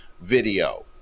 video